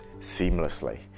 seamlessly